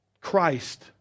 Christ